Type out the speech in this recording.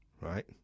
right